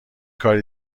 کار